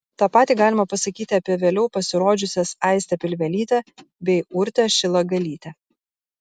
tą patį galima pasakyti apie vėliau pasirodžiusias aistę pilvelytę bei urtę šilagalytę